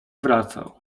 wracał